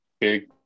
big